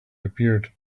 appeared